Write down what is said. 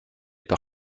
par